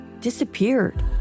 disappeared